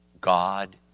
God